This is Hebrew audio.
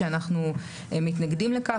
שאנחנו מתנגדים לכך.